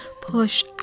push